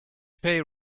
pay